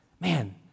man